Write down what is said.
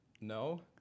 No